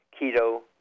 keto